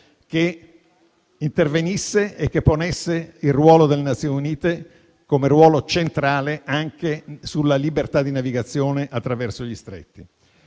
che intervenisse e ponesse il ruolo delle Nazioni Unite come ruolo centrale sulla libertà di navigazione attraverso gli stretti.